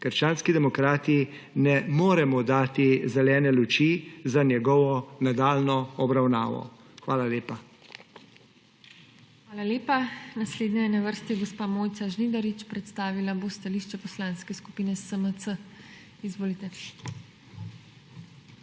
krščanski demokrati ne moremo dati zelene luči za njegovo nadaljnjo obravnavo. Hvala lepa. PODPREDSEDNICA TINA HEFERLE: Hvala lepa. Naslednja je na vrsti gospa Mojca Žnidarič, predstavila bo stališče Poslanske skupine SMC. Izvolite.